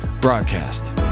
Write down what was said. broadcast